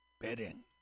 betting